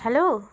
hello